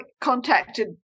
contacted